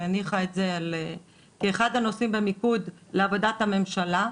שהניחה את זה כאחד הנושאים במיקוד לעבודת הממשלה.